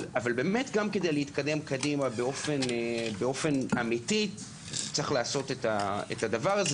אבל כדי להתקדם קדימה באופן אמיתי צריך לעשות את הדבר הזה.